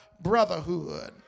brotherhood